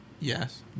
Yes